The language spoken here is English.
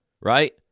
right